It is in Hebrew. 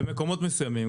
במקומות מסוימים,